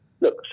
Look